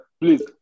Please